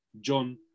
john